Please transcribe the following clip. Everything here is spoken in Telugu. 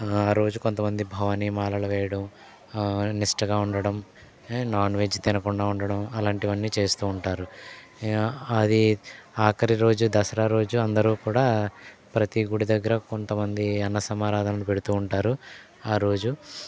ఆ రోజు కొంతమంది భవాని మాలలు వేయడం నిష్ఠగా ఉండడం నాన్వెజ్ తినకుండా ఉండడం అలాంటివన్నీ చేస్తూ ఉంటారు అది ఆఖరి రోజు దసరా రోజు అందరూ కూడా ప్రతీ గుడి దగ్గర కొంతమంది అన్నసమారాధనను పెడుతూ ఉంటారు ఆ రోజు